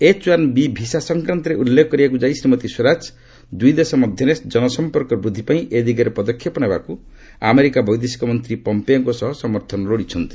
H one B visa ସଂକ୍ରାନ୍ତରେ ଉଲ୍ଲେଖ କରିବାକୁ ଯାଇ ଶ୍ରୀମତୀ ସ୍ୱରାଜ ଦୁଇ ଦେଶ ମଧ୍ୟରେ ଜନସଂପର୍କ ବୃଦ୍ଧି ପାଇଁ ଏ ଦିଗରେ ପଦକ୍ଷେପ ନେବାକୁ ଆମେରିକା ବୈଦେଶିକ ମନ୍ତ୍ରୀ ପମ୍ପେଓଙ୍କର ସମର୍ଥନ ଲୋଡ଼ିଛନ୍ତି